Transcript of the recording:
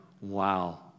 wow